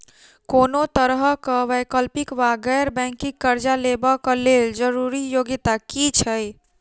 कोनो तरह कऽ वैकल्पिक वा गैर बैंकिंग कर्जा लेबऽ कऽ लेल जरूरी योग्यता की छई?